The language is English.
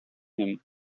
him